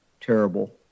terrible